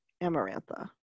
Amarantha